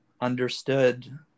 understood